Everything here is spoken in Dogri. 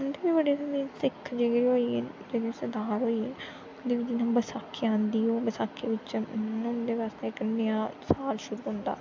उं'दे बी बड़े ध्यार होंदे सिक्ख जेह्के होइये जेह्ड़े सरदार होइये उं'दी बी जि'यां बसाखी आंदी ओह् बसाखी बिच उं'दे बास्तै इक नया साल शुरू होंदा